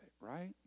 right